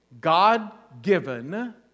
God-given